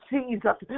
Jesus